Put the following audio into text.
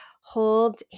hold